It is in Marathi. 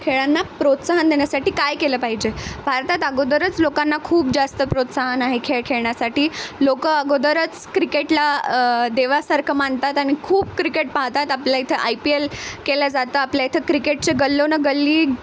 खेळांना प्रोत्साहन देण्यासाठी काय केलं पाहिजे भारतात अगोदरच लोकांना खूप जास्त प्रोत्साहन आहे खेळ खेळण्यासाठी लोकं अगोदरच क्रिकेटला देवासारखं मानतात आणि खूप क्रिकेट पाहतात आपल्या इथं आय पी एल केल्या जातं आपल्या इथं क्रिकेटचे गल्लोनं गल्ली